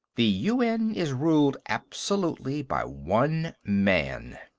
the un is ruled absolutely by one man.